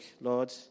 Lord